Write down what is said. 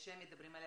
שהם מדברים בה?